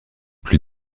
plus